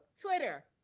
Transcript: Twitter